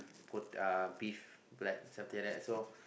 uh beef like something like that so